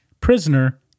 prisoner